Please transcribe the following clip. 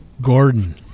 Gordon